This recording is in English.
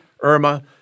Irma